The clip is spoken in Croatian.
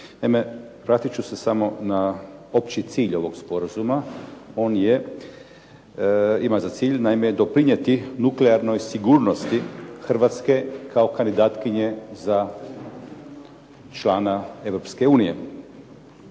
vratit ću se samo na opći cilj ovog sporazuma. Ima za cilj doprinijeti nuklearnoj sigurnosti HRvatske kao kandidatkinje kao člana